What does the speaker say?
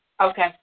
Okay